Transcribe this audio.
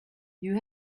you